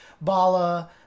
Bala